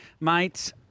Mates